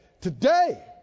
today